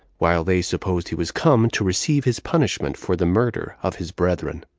while they supposed he was come to receive his punishment for the murder of his brethren.